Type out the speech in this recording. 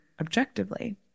objectively